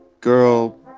Girl